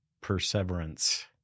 perseverance